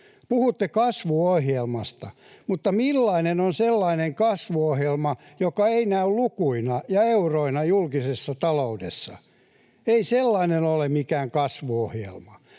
Puhutte kasvuohjelmasta, mutta millainen on sellainen kasvuohjelma, joka ei näy lukuina ja euroina julkisessa taloudessa? Ei sellainen ole mikään kasvuohjelma.